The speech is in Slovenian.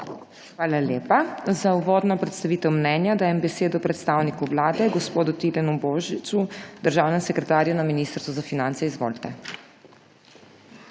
Hvala lepa. Za uvodno predstavitev mnenja dajem besedo predstavniku vlade gospodu Tilnu Božiču, državnemu sekretarju na Ministrstvu za finance. Izvolite.